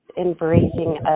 embracing